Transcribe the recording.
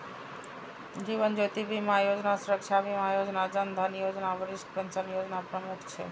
जीवन ज्योति बीमा योजना, सुरक्षा बीमा योजना, जन धन योजना, वरिष्ठ पेंशन योजना प्रमुख छै